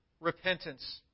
repentance